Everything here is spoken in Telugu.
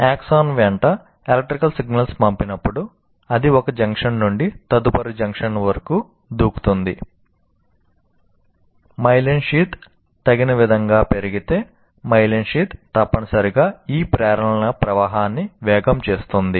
ఆక్సాన్ తగిన విధంగా పెరిగితే మైలిన్ షీత్ తప్పనిసరిగా ఈ ప్రేరణల ప్రవాహాన్ని వేగంగా చేస్తుంది